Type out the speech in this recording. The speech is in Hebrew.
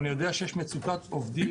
אני יודע שיש מצוקת עובדים